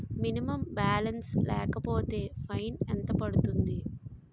Minimum balance లేకపోతే ఫైన్ ఎంత పడుతుంది?